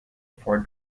before